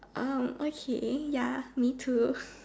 um okay ya me too